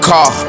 Car